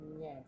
Yes